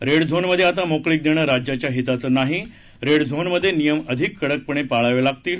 red झोनमध्ये आता मोकळीक देणं राज्याच्या हिताचं नाही रेड झोनमधे नियम अधिक कडकपणे पाळावे लागतील